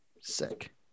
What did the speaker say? sick